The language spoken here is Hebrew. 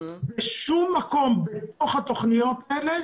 בשום מקום בתוך התכניות האלה